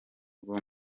rwo